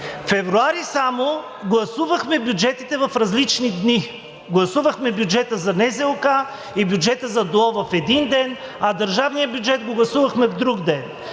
Февруари само гласувахме бюджетите в различни дни – гласувахме бюджета за НЗОК и бюджета за ДОО в един ден, а държавния бюджет го гласувахме в друг ден.